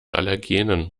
allergenen